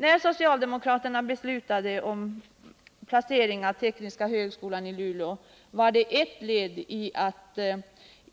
När socialdemokraterna beslutade att placera en teknisk högskola i Luleå var det ett led i strävandena att